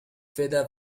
feather